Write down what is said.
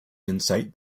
insight